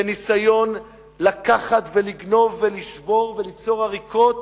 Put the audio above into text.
בניסיון לקחת ולגנוב ולשבור וליצור עריקות